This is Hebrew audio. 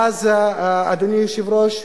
ואז, אדוני היושב-ראש,